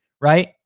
right